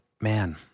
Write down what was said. man